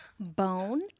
Bone